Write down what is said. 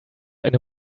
eine